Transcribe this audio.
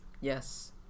Yes